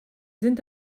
sind